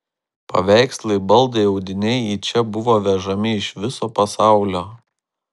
paveikslai baldai audiniai į čia buvo vežami iš viso pasaulio